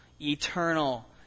eternal